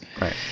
right